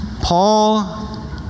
Paul